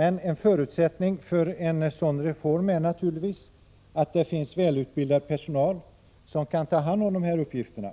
En förutsättning för en sådan reform är naturligtvis att det finns välutbildad personal som kan ta hand om de här uppgifterna.